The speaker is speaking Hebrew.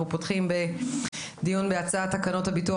אנחנו פותחים דיון בהצעת תקנות הביטוח